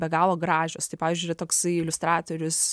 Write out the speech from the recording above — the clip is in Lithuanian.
be galo gražios tai pavyzdžiui yra toksai iliustratorius